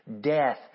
death